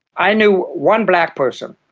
i knew one black person,